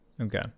Okay